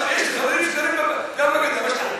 להטיל קנסות ומסים לא צודקים על עובדים זרים,